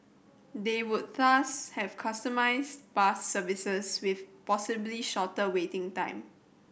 they would thus have customised bus services with possibly shorter waiting time